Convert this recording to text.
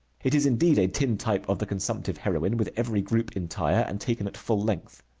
it is indeed a tintype of the consumptive heroine, with every group entire, and taken at full length.